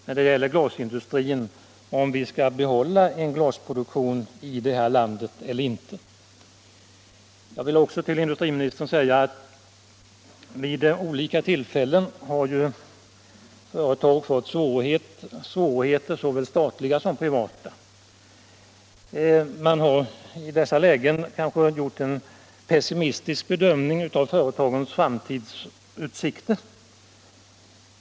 När det gäller glasindustrin är frågan, om vi skall behålla en produktion i vårt land eller inte. Jag vill också säga till industriministern att såväl statliga som privata företag vid olika tillfällen fått svårigheter, och man har i dessa lägen kanske gjort en pessimistisk bedömning av företagens framtidsutsikter.